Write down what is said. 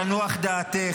תנוח דעתך,